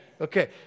Okay